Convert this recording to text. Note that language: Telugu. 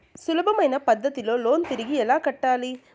సులభమైన పద్ధతిలో లోను తిరిగి ఎలా కట్టాలి